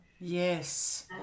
Yes